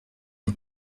den